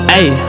Hey